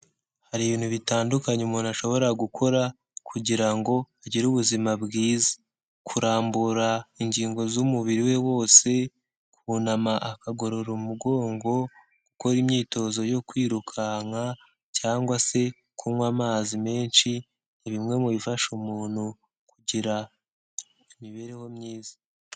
Hari ibintu bitandukanye umuntu ashobora gukora, kugirango ngo agire ubuzima bwiza. Kurambura ingingo z'umubiri we wose, kunama akagorora umugongo, gukora imyitozo yo kwirukanka cyangwa se kunywa amazi menshi, ni bimwe mu bifasha umuntu kugira imibereho myiza.